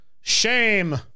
shame